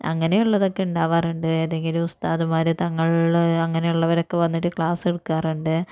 അങ്ങനെയുള്ളതൊക്കെ ഉണ്ടാവാറുണ്ട് ഏതെങ്കില് ഉസ്താദ്മാര് തങ്ങള് അങ്ങനേള്ളവരൊക്കെ വന്നിട്ട് ക്ലാസ്സെടുക്കാറുണ്ട്